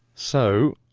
so,